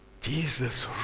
Jesus